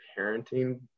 parenting